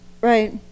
right